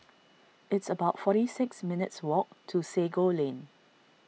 it's about forty six minutes' walk to Sago Lane